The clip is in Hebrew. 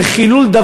זה חילול,